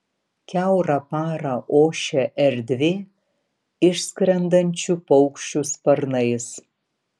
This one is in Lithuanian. kiaurą parą ošia erdvė išskrendančių paukščių sparnais